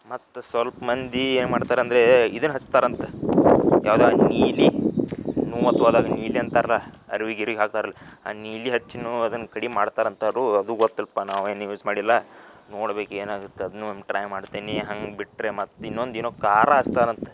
ಮತ್ತು ಸ್ವಲ್ಪ ಮಂದಿ ಏನು ಮಾಡ್ತಾರೆ ಅಂದರೆ ಇದನ್ನು ಹಚ್ತಾರಂತೆ ಯಾವ್ದು ನೀಲಿ ನೋವತ್ತು ಆದಾಗ ನೀಲಿ ಅಂತಾರಲ್ಲ ಅರ್ವೆ ಗಿರ್ವೆಗ್ ಹಾಕ್ತಾರಲ್ಲ ಆ ನೀಲಿ ಹಚ್ಚಿಯೂ ಅದನ್ನು ಕಡಿಮೆ ಮಾಡ್ತಾರಂತಾರೆ ಅದು ಗೊತ್ತಿಲ್ಲಪ್ಪ ನಾವೇನೂ ಯೂಝ್ ಮಾಡಿಲ್ಲ ನೋಡ್ಬೇಕು ಏನು ಆಗತ್ತೆ ಅದನ್ನೂ ಒಂದು ಟ್ರೈ ಮಾಡ್ತೇನೆ ಹಂಗೆ ಬಿಟ್ಟರೆ ಮತ್ತು ಇನ್ನೊಂದು ಏನೋ ಖಾರ ಹಚ್ತಾರಂತೆ